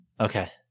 Okay